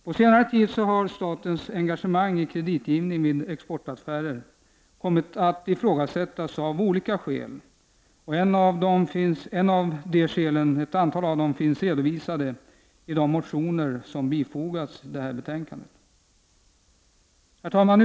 På senare tid har statens engagemang i kreditgivning vid exportaffärer kommit att av olika skäl ifrågasättas, och en del av dem finns redovisade i de motioner som behandlats i det här betänkandet. Herr talman!